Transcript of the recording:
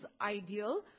ideal